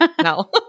No